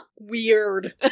weird